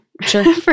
Sure